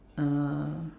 uh